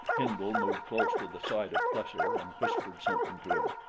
hindle moved close to the side of plesser and whispered something to him.